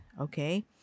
Okay